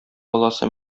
баласы